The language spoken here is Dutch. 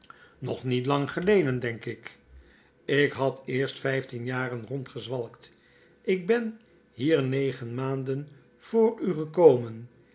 nog niet lang geleden denk ik ik had eerst vijftien jaren rondgezwalkt lk ben hier negen maanden voor u gekomen